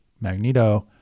Magneto